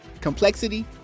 complexity